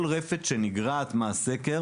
כל רפת שנגרעת מהסקר